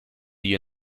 the